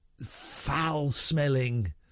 foul-smelling